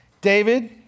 David